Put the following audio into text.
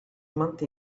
month